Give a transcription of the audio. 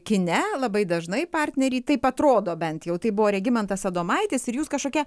kine labai dažnai partneriai taip atrodo bent jau tai buvo regimantas adomaitis ir jūs kažkokia